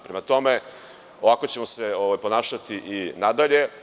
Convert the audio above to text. Prema tome, ovako ćemo se ponašati i nadalje.